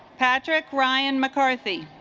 patrick ryan mccarthy